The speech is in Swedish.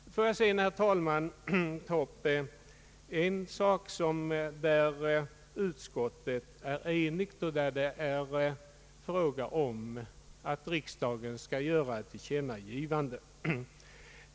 Vidare vill jag, herr talman, ta upp en fråga där utskottet är enigt om att riksdagen skall göra ett tillkännagivande.